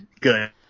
good